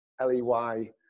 l-e-y